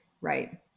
right